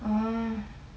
oh